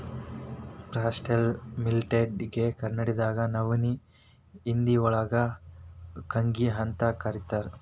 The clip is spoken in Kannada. ಫಾಸ್ಟ್ರೈಲ್ ಮಿಲೆಟ್ ಗೆ ಕನ್ನಡದಾಗ ನವನಿ, ಹಿಂದಿಯೋಳಗ ಕಂಗ್ನಿಅಂತ ಕರೇತಾರ